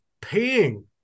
paying